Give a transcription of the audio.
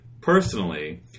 personally